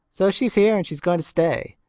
so she's here and she's going to stay.